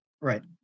Right